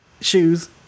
shoes